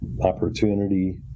opportunity